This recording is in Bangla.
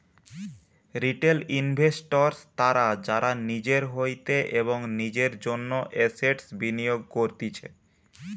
রিটেল ইনভেস্টর্স তারা যারা নিজের হইতে এবং নিজের জন্য এসেটস বিনিয়োগ করতিছে